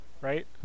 right